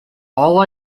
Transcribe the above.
all